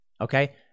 okay